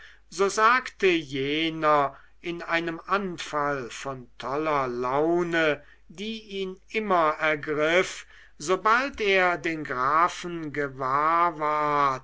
so sagte jener in einem anfall von toller laune die ihn immer ergriff sobald er den grafen gewahr ward